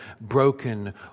broken